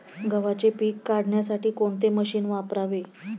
गव्हाचे पीक काढण्यासाठी कोणते मशीन वापरावे?